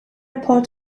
port